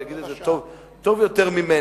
ויגיד את זה טוב יותר ממני,